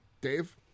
Dave